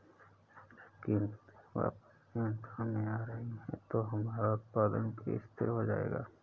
अब कीमतें वापस नियंत्रण में आ रही हैं तो हमारा उत्पादन भी स्थिर हो जाएगा